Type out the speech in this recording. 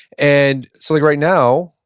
and so, like right now,